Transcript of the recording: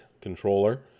controller